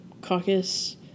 Caucus